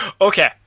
Okay